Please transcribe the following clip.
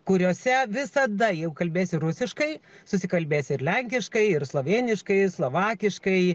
kuriose visada jeigu kalbėsi rusiškai susikalbėsi ir lenkiškai ir slovėniškai ir slovakiškai